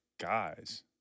guys